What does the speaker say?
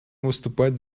выступать